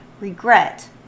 regret